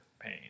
pain